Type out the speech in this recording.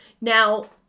Now